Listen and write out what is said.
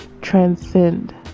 transcend